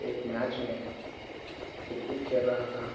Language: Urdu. ایک میچ میں کرکٹ کھیل رہا تھا